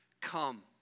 come